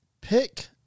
Pick